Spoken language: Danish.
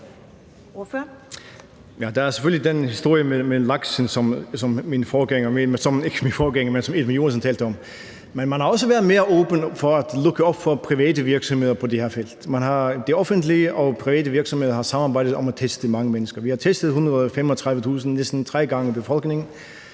Der er selvfølgelig den historie med laksen, som hr. Edmund Joensen talte om, men man har også været mere åben for at lukke op for private virksomheder på det her felt. De offentlige og private virksomheder har samarbejdet om at teste mange mennesker. Vi har testet 135.000 – næsten tre gange befolkningen